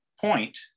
point